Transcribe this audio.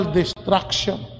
destruction